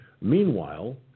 Meanwhile